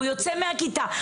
הוא יוצא מהכיתה,